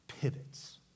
pivots